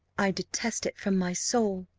i detest it from my soul.